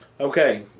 Okay